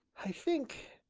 i think,